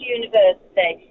university